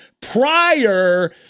prior –